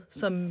som